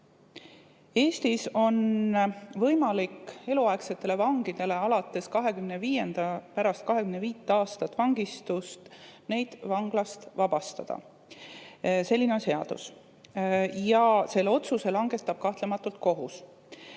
Eestis on võimalik eluaegseid vange pärast 25 aastat vangistust vanglast vabastada. Selline on seadus. Selle otsuse langetab kahtlematult kohus.